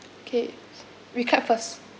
K recap first